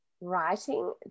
Writing